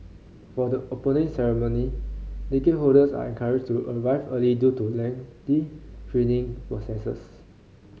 for the Opening Ceremony ticket holders are encouraged to arrive early due to lengthy screening processes